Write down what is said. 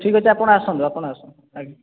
ଠିକ୍ଅଛି ଆପଣ ଆସନ୍ତୁ ଆପଣ ଆସନ୍ତୁ ଆଜ୍ଞା